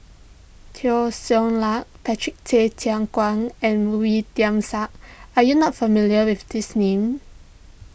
Teo Ser Luck Patrick Tay Teck Guan and Wee Tian Siak are you not familiar with these names